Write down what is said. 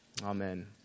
Amen